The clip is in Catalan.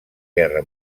guerra